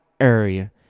area